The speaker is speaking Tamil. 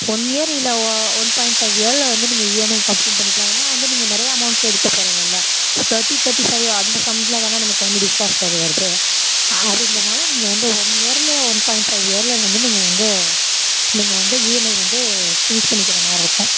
ஒன் இயர் இல்லை ஓ ஒன் பாயிண்ட் ஃபைவ் இயரில் வந்து நீங்கள் இஎம்ஐ கம்ப்ளீட் பண்ணிக்கலாம் ஏன்னால் வந்து நீங்கள் நிறையா அமௌண்ட்டில் எடுக்க போகிறதில்ல ஒரு தேர்ட்டி தேர்ட்டி ஃபைவ் அந்த சம்ஸ்சில் தான நமக்கு வந்து டிஷ் வாஷர் வருது அப்படின்றனால நீங்கள் வந்து ஒன் இயரில் ஒன் பாயிண்ட் ஃபைவ் இயரில் வந்து நீங்கள் வந்து நீங்கள் வந்து இஎம்ஐ வந்து யூஸ் பண்ணிக்கிற மாரிருக்கும்